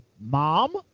mom